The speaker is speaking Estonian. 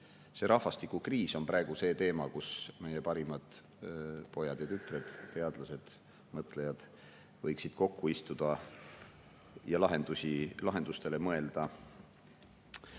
et rahvastikukriis on praegu see teema, mille puhul meie parimad pojad ja tütred, teadlased ja mõtlejad võiksid kokku istuda ja lahendustele mõelda.